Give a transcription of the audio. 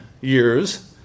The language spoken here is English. years